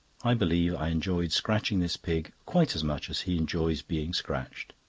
i believe i enjoy scratching this pig quite as much as he enjoys being scratched.